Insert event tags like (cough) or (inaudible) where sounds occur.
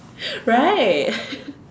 (laughs) right (laughs)